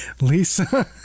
lisa